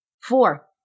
Four